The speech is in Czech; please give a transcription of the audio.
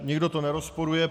Nikdo to nerozporuje.